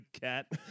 cat